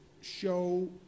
show